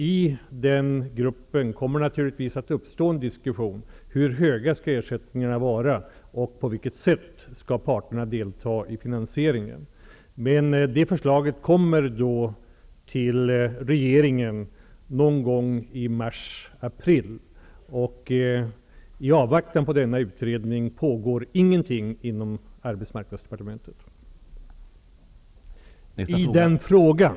I den gruppen kommer det naturligtvis att uppstå en diskussion om hur höga ersättningarna skall vara och på vilket sätt parterna skall delta i finansieringen. Men det förslaget kommer till regeringen någon gång i mars april. I avvaktan på denna utredning pågår ingenting inom arbetsmarknadsdepartementet i den frågan.